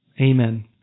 Amen